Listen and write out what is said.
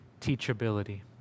teachability